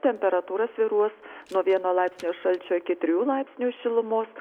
temperatūra svyruos nuo vieno laipsnio šalčio iki trijų laipsnių šilumos